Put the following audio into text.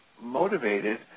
motivated